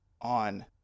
on